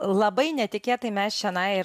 labai netikėtai mes čionai ir